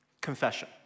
confession